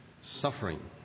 suffering